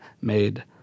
made